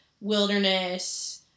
Wilderness